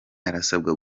arasabwa